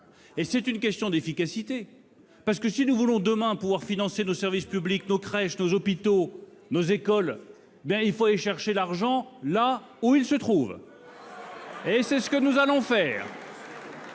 aussi une question d'efficacité : si nous voulons, demain, pouvoir financer nos services publics, nos crèches, nos hôpitaux, nos écoles, il faut aller chercher l'argent là où il se trouve ! C'est ce que nous allons faire